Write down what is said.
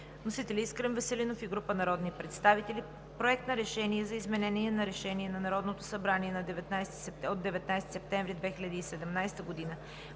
представител Искрен Веселинов и група народни представители. Проект на решение за изменение на Решение на Народното събрание от 19 септември 2017 г.